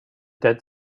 dead